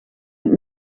het